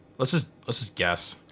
let's just let's just guess.